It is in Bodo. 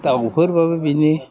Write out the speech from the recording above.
दाउफोरबाबो बिदिनो